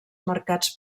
marcats